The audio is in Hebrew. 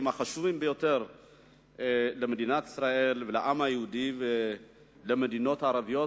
החשובים ביותר למדינת ישראל ולעם היהודי ולמדינות הערביות,